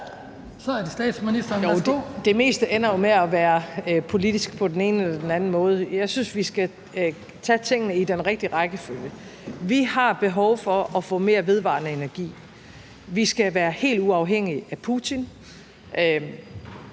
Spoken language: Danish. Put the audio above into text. Det meste ender jo med at være politisk på den ene eller den anden måde. Jeg synes, vi skal tage tingene i den rigtige rækkefølge. Vi har behov for at få mere vedvarende energi. Vi skal være helt uafhængige af Putin.